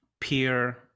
peer